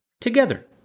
together